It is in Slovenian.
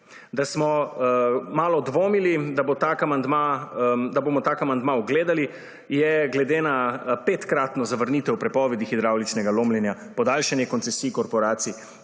da bo tak amandma, da bomo tak amandma ugledali, je glede na petkratno zavrnitev prepovedi hidravličnega lomljenja podaljšanje koncesij korporacij,